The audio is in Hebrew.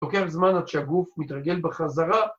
‫לוקח זמן עד שהגוף מתרגל בחזרה.